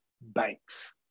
banks